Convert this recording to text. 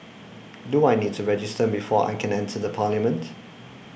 do I need to register before I can enter the parliament